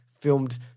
filmed